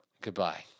Goodbye